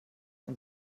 und